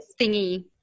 thingy